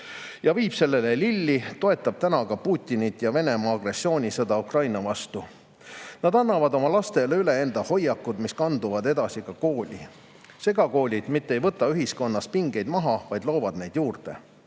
ja viib sellele lilli, toetab täna ka Putinit ja Venemaa agressioonisõda Ukraina vastu. Nad annavad oma lastele üle enda hoiakud, mis kanduvad edasi ka kooli. Segakoolid mitte ei võta ühiskonnas pingeid maha, vaid loovad neid juurde.